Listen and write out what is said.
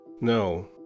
no